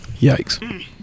Yikes